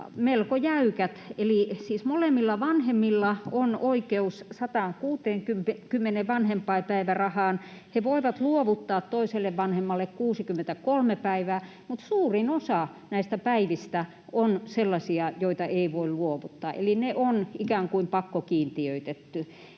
melko jäykät. Eli siis molemmilla vanhemmilla on oikeus 160:een vanhempainpäivärahaan. He voivat luovuttaa toiselle vanhemmalle 63 päivää, mutta suurin osa näistä päivistä on sellaisia, joita ei voi luovuttaa. Eli ne on ikään kuin pakkokiintiöitetty,